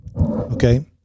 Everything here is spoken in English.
okay